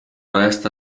resta